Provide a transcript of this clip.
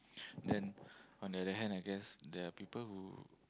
then on the other hand I guess there are people who